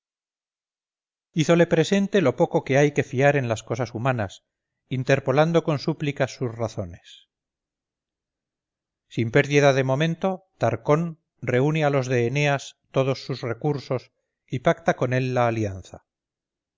hízole presente lo poco que hay que fiar en las cosas humanas interpolando con súplicas sus razones sin pérdida de momento tarcón reúne a los de eneas todos sus recursos y pacta con él la alianza